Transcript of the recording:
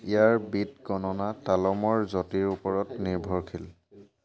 ইয়াৰ beat গণনা তালমৰ যতিৰ ওপৰত নিৰ্ভৰশীল